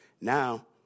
now